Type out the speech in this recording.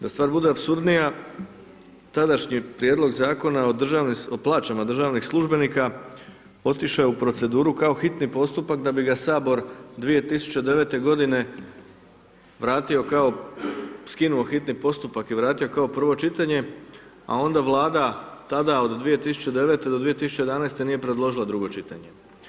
Da stvar bude apsurdnija, tadašnji prijedlog Zakona o plaćama državnih službenika, otišao je u proceduru kao hitni postupak da bi ga HS 2009.-te godine vratio kao, skinuo hitni postupak i vratio kao prvo čitanje, a onda Vlada tada od 2009.-te do 2011.-te nije predložila drugo čitanje.